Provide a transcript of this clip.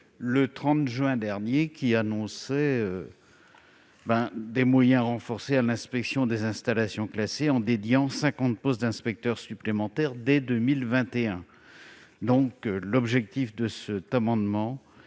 le 30 juin dernier. Elle annonçait des moyens renforcés pour l'inspection des installations classées, en lui dédiant 50 postes d'inspecteurs supplémentaires dès 2021. Cet amendement